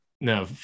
No